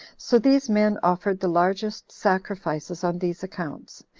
so these men offered the largest sacrifices on these accounts,